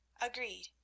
Agreed